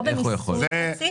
לא במיסוי רציף.